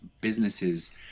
businesses